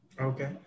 Okay